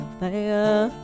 fire